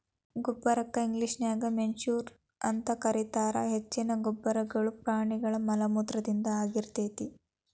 ಗೊಬ್ಬರಕ್ಕ ಇಂಗ್ಲೇಷನ್ಯಾಗ ಮೆನ್ಯೂರ್ ಅಂತ ಕರೇತಾರ, ಹೆಚ್ಚಿನ ಗೊಬ್ಬರಗಳು ಪ್ರಾಣಿಗಳ ಮಲಮೂತ್ರದಿಂದ ಆಗಿರ್ತೇತಿ